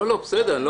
אני לא